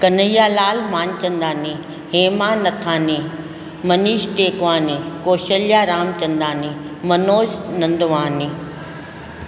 Kanhaiya Lal Manchandani Hema Nathani Manish Tekwani Kaushalya Ramchandani Manoj Nandwani